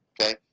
Okay